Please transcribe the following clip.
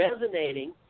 resonating